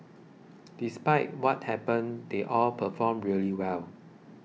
despite what happened they all performed really well